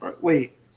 wait